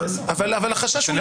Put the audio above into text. ברור, מקובל, מוסכם.